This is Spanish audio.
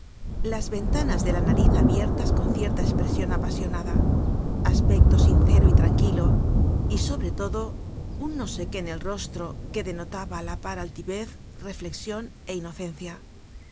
las ventanas de la nariz abiertas con cierta espresion apasionada aspecto sincero y tranquilo y sobre todo un no sé qué en el rostro que denotaba á la par altivez reflexion é inocencia